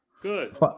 Good